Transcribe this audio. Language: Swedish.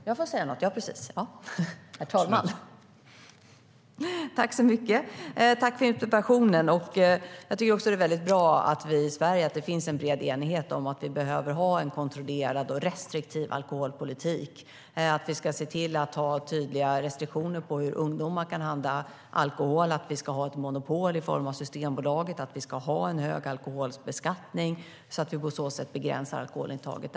Herr talman! Jag vill tacka för interpellationen. Jag tycker också att det är väldigt bra att det finns en bred enighet i Sverige om att vi behöver ha en kontrollerad och restriktiv alkoholpolitik att vi ska ha tydliga restriktioner för hur ungdomar kan få tag i alkohol att vi ska ett monopol i form av Systembolaget att vi ska ha en hög alkoholbeskattning. Det är på så sätt vi begränsar alkoholintaget.